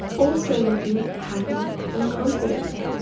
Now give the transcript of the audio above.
also looking happy and confident.